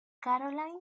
caroline